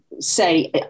say